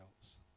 else